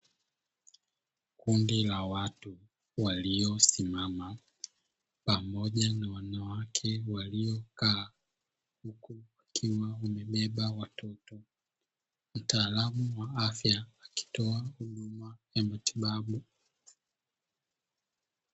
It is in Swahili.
Kundi la watu waliosimama pamoja na wanawake waliokaa, huku wakiwa wamebeba watoto, mtaalamu wa afya akitoa huduma ya matibabu.